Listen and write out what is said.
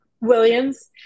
Williams